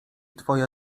twoja